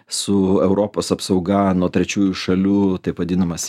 su europos apsauga nuo trečiųjų šalių taip vadinamas